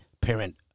parent